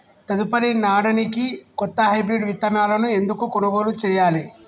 తదుపరి నాడనికి కొత్త హైబ్రిడ్ విత్తనాలను ఎందుకు కొనుగోలు చెయ్యాలి?